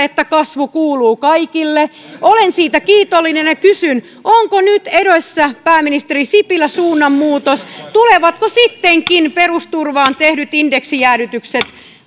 että kasvu kuuluu kaikille olen siitä kiitollinen ja kysyn onko nyt edessä pääministeri sipilä suunnanmuutos tulevatko sittenkin perusturvaan tehdyt indeksijäädytykset